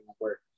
work